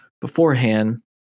beforehand